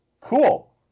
cool